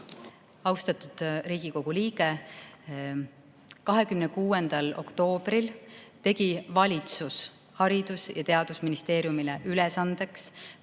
Austatud Riigikogu liige! 26. oktoobril tegi valitsus Haridus‑ ja Teadusministeeriumile ülesandeks